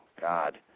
God